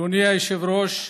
אדוני היושב-ראש,